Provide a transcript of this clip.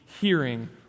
hearing